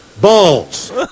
balls